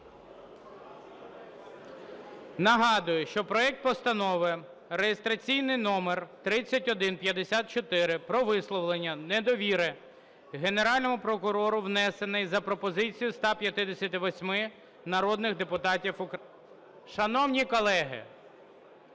Нагадую, що проект Постанови (реєстраційний номер 3154) про висловлення недовіри Генеральному прокурору внесений за пропозицією 158 народних депутатів… (Шановні колеги!